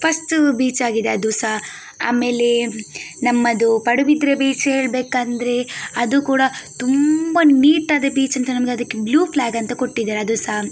first ಬೀಚಾಗಿದೆ ಅದು ಸಹ ಆಮೇಲೆ ನಮ್ಮದು ಪಡುಬಿದ್ರೆ ಬೀಚ್ ಹೇಳಬೇಕಂದ್ರೆ ಅದು ಕೂಡ ತುಂಬ ನೀಟಾದ ಬೀಚ್ ಅಂತ ನಮಗೆ ಅದಕ್ಕೆ ಬ್ಲೂ ಫ್ಲ್ಯಾಗ್ ಅಂತ ಕೊಟ್ಟಿದ್ದಾರೆ ಅದು ಸಹ